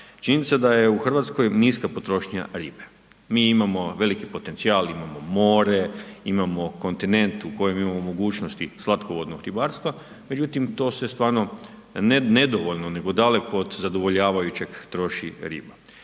Činjenica da je u Hrvatskoj niska potrošnja ribe, mi imamo veliki potencijal, imamo more, imamo kontinent u kojem imamo mogućnosti slatkovodnog ribarstva, međutim to se stvarno ne nedovoljno nego daleko od zadovoljavajuće troši riba.